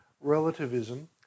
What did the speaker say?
relativism